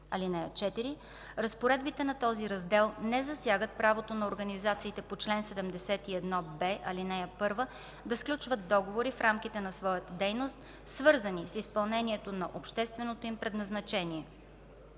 (4) Разпоредбите на този раздел не засягат правото на организациите по чл. 71б, ал. 1 да сключват договори в рамките на своята дейност, свързани с изпълнението на общественото им предназначение.